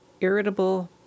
irritable